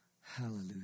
Hallelujah